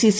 CC